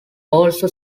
also